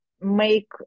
Make